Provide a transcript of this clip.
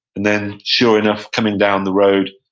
and then sure enough, coming down the road,